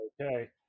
okay